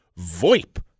VoIP